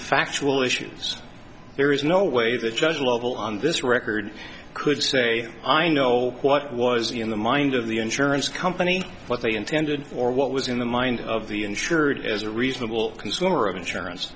factual issues there is no way the judge level on this record could say i know what was in the mind of the insurance company what they intended or what was in the mind of the insured as a reasonable consumer of insurance